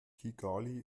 kigali